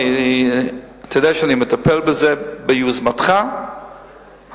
אתה יודע שאני מטפל בזה ביוזמתך הגדולה.